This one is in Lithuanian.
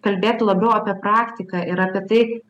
kalbėt labiau apie praktiką ir apie tai